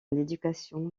l’éducation